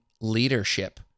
leadership